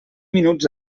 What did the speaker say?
minuts